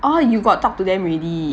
oh you got talk to them already